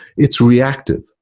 it's reactive.